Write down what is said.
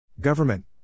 Government